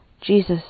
Jesus